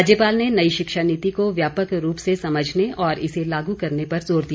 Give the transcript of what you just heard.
राज्यपाल ने नई शिक्षा नीति को व्यापक रूप से समझने और इसे लागू करने पर जोर दिया